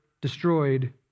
destroyed